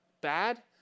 bad